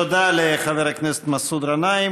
תודה לחבר הכנסת מסעוד גנאים.